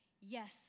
Yes